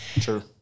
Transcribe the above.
True